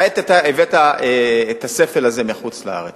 כעת אתה הבאת את הספל הזה מחוץ-לארץ.